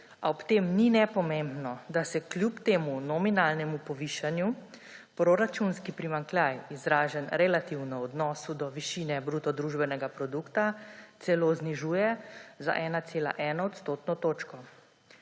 ob tem ni nepomembno, da se kljub temu nominalnemu povišanju proračunski primanjkljaj, izražen relativno v odnosu do višine bruto družbenega produkta, celo znižuje za 1,1 odstotno točko.